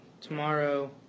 tomorrow